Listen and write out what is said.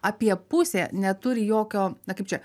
apie pusė neturi jokio na kaip čia